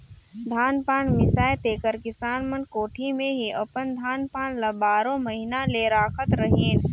धान पान मिसाए तेकर किसान मन कोठी मे ही अपन धान पान ल बारो महिना ले राखत रहिन